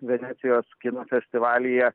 venecijos kino festivalyje